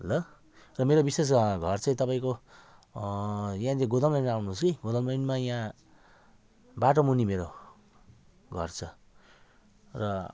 ल तर मेरो विशेष घर चाहिँ तपाईँको यहाँदेखि गोदाम लाइन आउनु होस् कि गोदाम लाइनमा यहाँ बाटो मुनि मेरो घर छ र